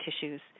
tissues